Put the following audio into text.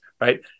right